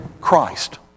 Christ